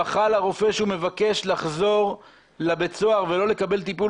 בכה לרופא שהוא מבקש לחזור לבית הסוהר ולא לקבל טיפול